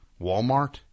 Walmart